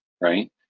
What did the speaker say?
right